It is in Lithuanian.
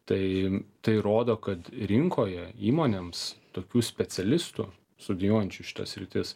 tai tai rodo kad rinkoje įmonėms tokių specialistų studijuojančių šita sritis